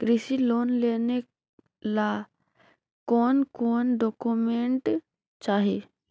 कृषि लोन लेने ला कोन कोन डोकोमेंट चाही?